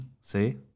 See